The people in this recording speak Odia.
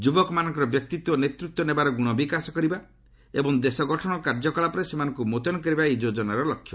ଯୁବକମାନଙ୍କର ବ୍ୟକ୍ତିତ୍ୱ ଓ ନେତୃତ୍ୱ ନେବାର ଗୁଣ ବିକାଶ କରିବା ଏବଂ ଦେଶଗଠନ କାର୍ଯ୍ୟକଳାପରେ ସେମାନଙ୍କୁ ମୁତ୍ୟନ କରିବା ଏହି ଯୋଜନାର ଲକ୍ଷ୍ୟ